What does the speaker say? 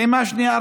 פעימה שנייה,